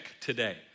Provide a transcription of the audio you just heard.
today